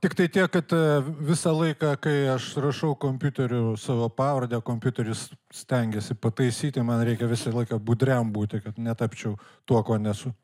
tiktai tiek kad visą laiką kai aš rašau kompiuteriu savo pavardę kompiuteris stengiasi pataisyti man reikia visą laiką budriam būti kad ne tapčiau tuo kuo nesu